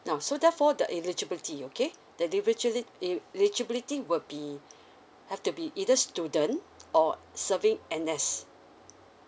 now so therefore the eligibility okay the deligibili~ eligibility will be have to be either student or serving N_S